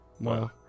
Wow